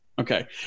Okay